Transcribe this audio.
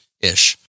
ish